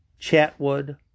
Chatwood